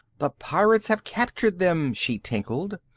the pirates have captured them! she tinkled,